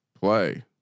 play